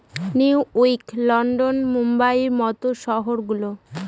new ইয়র্ক, London, বোম্বের মত শহর গুলো